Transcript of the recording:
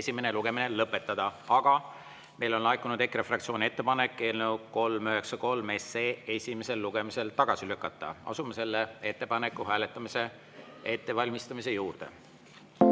esimene lugemine lõpetada, aga meile on laekunud EKRE fraktsiooni ettepanek eelnõu 393 esimesel lugemisel tagasi lükata. Asume selle ettepaneku hääletamise ettevalmistamise juurde. Head